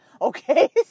Okay